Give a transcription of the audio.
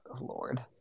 Lord